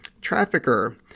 Trafficker